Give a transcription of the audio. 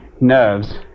nerves